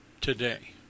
today